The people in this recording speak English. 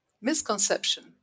Misconception